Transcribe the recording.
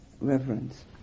reverence